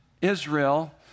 Israel